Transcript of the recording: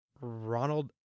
Ronald